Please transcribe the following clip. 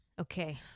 Okay